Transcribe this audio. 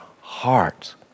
heart